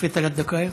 יספיקו שלוש דקות?